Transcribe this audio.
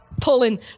pulling